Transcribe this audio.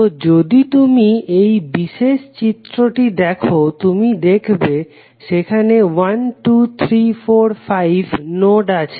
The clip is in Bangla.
তো যদি তুমি এই বিশেষ চিত্রটি দেখো তুমি দেখবে সেখানে 1 2 3 4 5 নোড আছে